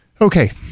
Okay